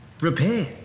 Repair